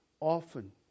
often